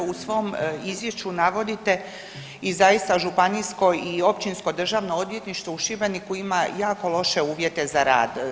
U svom izvješću navodite i zaista županijsko i općinsko državno odvjetništvo u Šibeniku ima jako loše uvjete za rad.